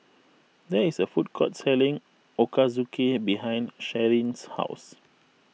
there is a food court selling Ochazuke behind Sharyn's house